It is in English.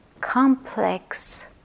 complex